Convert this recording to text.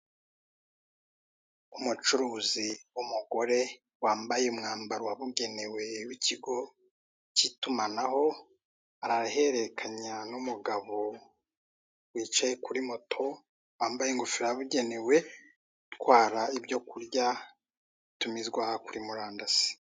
Umucuruzi w'umugore wambaye umwambaro wabugenewe w'ikigo k'itumanaho, arahererekanye n'umugabo wicaye kuri moto wambaye ingofero yabugenewe utwara ibyo kurya bitumizwa kuri murandasi.